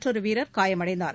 மற்றொரு வீரர் காயமடைந்தார்